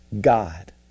God